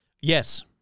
Yes